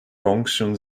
gongsun